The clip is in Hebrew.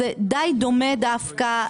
זה די דומה דווקא,